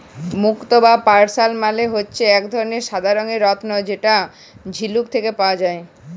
মুক্ত বা পার্লস মালে হচ্যে এক ধরলের সাদা রঙের রত্ন যেটা ঝিলুক থেক্যে পাওয়া যায়